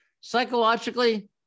Psychologically